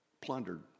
plundered